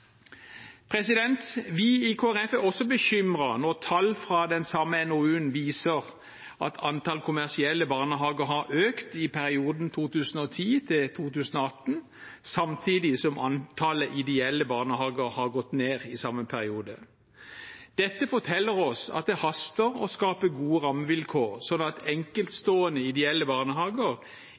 Vi i Kristelig Folkeparti er også bekymret når tall fra den samme NOU-en viser at antall kommersielle barnehager har økt i perioden 2010–2018, samtidig som antall ideelle barnehager har gått ned i samme periode. Dette forteller oss at det haster å skape gode rammevilkår, slik at enkeltstående ideelle barnehager